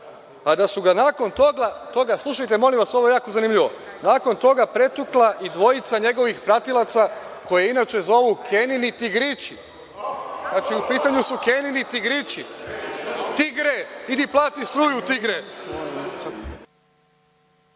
pa da su ga nakon toga, slušajte molim vas, ovo je jako zanimljivo, nakon toga pretukla i dvojica njegovih pratilaca koje inače zovu Kenini tigrići. Znači, u pitanju su Kenini tigrići. Tigre, idi plati struju, tigre.